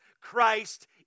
Christ